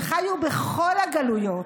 שחיו בכל הגלויות.